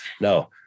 No